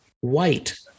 white